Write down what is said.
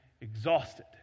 exhausted